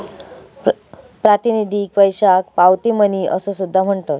प्रातिनिधिक पैशाक पावती मनी असो सुद्धा म्हणतत